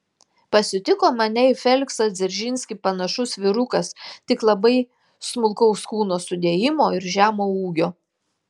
pasitiko mane į feliksą dzeržinskį panašus vyrukas tik labai smulkaus kūno sudėjimo ir žemo ūgio